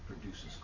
produces